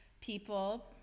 people